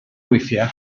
weithiau